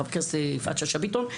חברת הכנסת יפעת שאשא ביטון,